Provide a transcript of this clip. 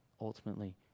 ultimately